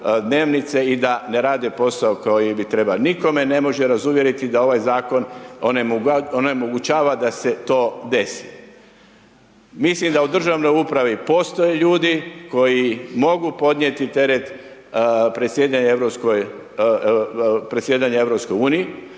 dnevnice i da ne rade posao koji bi trebao. Nitko me ne može razuvjeriti da ovaj zakon onemogućava da se to desi. Mislim da u državnoj upravi postoje ljudi koji mogu podnijeti teret predsjedanja EU